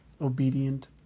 obedient